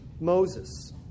Moses